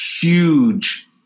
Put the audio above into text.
huge